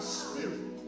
spirit